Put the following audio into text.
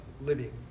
living